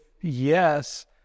yes